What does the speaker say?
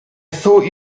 thought